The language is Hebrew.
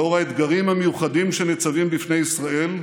לנוכח האתגרים המיוחדים שניצבים בפני ישראל,